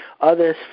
Others